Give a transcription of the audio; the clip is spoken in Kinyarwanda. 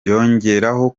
yongeraho